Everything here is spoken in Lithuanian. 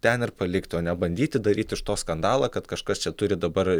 ten ir palikt o ne bandyti daryti iš to skandalą kad kažkas čia turi dabar